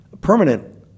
permanent